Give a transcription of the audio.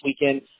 weekend